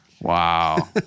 wow